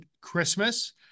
Christmas